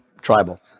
tribal